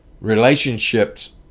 relationships